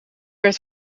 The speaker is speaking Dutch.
werd